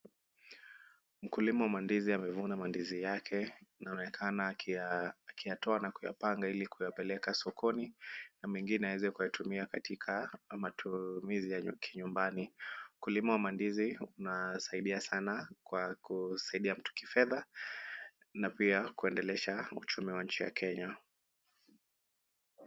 Mkulima wa mandizi amevuna mandizi yake. Anaonekana akiya akiyatowa na kuyapanga ili kuyapeleka sokoni na mengine aweze kuyatumia katika matumizi ya kinyumbani. Mkulima wa mandizi unasaidia sana, kwa kusaidia mtu kifedha, na pia kuendelesha uchumi wa nchi ya Kenya.